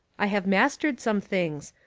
i have mastered some things,